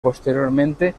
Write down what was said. posteriormente